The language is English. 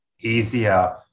easier